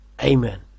Amen